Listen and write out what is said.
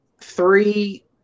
Three